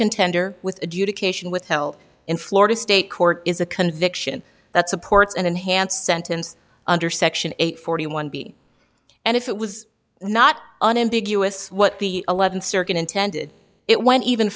contendere with adjudication withheld in florida state court is a conviction that supports an enhanced sentence under section eight forty one b and if it was not an ambiguous what the eleventh circuit intended it went even